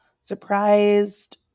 surprised